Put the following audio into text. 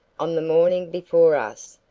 on the morning before us,